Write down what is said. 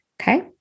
Okay